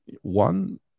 One